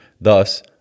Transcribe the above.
Thus